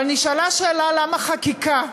אבל נשאלה שאלה למה חקיקה,